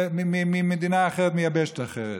ממדינה אחרת, מיבשת אחרת.